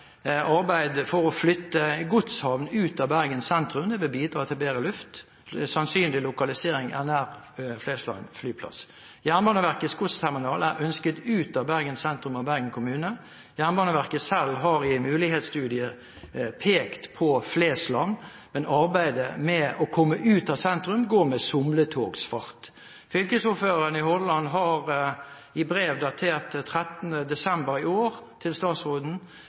arbeid for å flytte godshavnen ut av Bergen sentrum. Det vil bidra til bedre luft. Den sannsynlige lokaliseringen er nær Flesland flyplass. Jernbaneverkets godsterminal er ønsket ut av Bergen sentrum av Bergen kommune. Jernbaneverket selv har i en mulighetsstudie pekt på Flesland, men arbeidet med å komme ut av sentrum går med somletogsfart. Fylkesordføreren i Hordaland har i brev datert 13. desember i år til statsråden